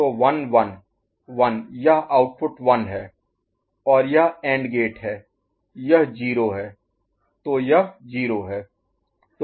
तो 1 1 1 यह आउटपुट 1 है और यह एंड गेट है यह 0 है तो यह 0 है